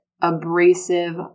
abrasive